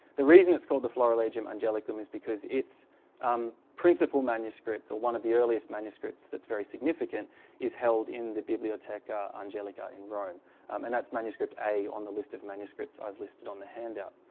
the reason it's called the florilegium angelicum is because its um principle manuscript or one of the earliest manuscripts that's very significant is held in the biblioteca angelica in rome and that's manuscript a on the list of manuscripts i've listed on the handout.